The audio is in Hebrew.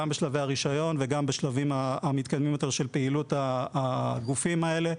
גם בשלבי הרישיון וגם בשלבים המתקדמים יותר של פעילות הגופים האלה.